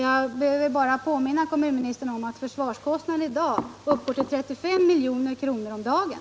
Jag vill bara påminna kommunministern om att försvarskostnaderna uppgår till 35 milj.kr. om dagen!